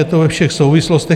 Je to ve všech souvislostech.